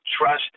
trust